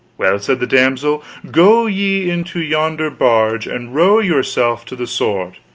well, said the damsel, go ye into yonder barge and row yourself to the sword,